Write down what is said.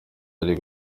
yari